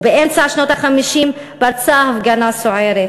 ובאמצע שנות ה-50 פרצה הפגנה סוערת,